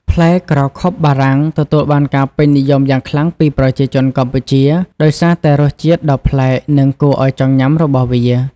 ផ្លែក្រខុបបារាំងទទួលបានការពេញនិយមយ៉ាងខ្លាំងពីប្រជាជនកម្ពុជាដោយសារតែរសជាតិដ៏ប្លែក និងគួរឲ្យចង់ញ៉ាំរបស់វា។